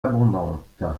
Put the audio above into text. abondante